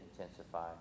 intensify